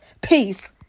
Peace